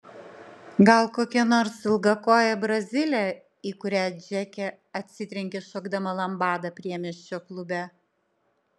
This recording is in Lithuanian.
gal kokia nors ilgakojė brazilė į kurią džeke atsitrenkė šokdama lambadą priemiesčio klube